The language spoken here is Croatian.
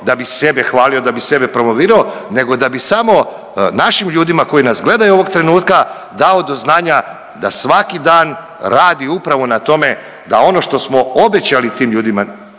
da bi sebe hvalio, da bi sebe promovirao nego da bi samo našim ljudima koji nas gledaju ovog trenutka dao do znanja da svaki dan radi upravo na tome da ono što smo obećali tim ljudima,